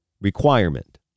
requirement